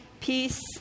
peace